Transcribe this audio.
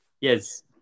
Yes